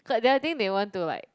cause I think they want to like